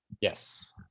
Yes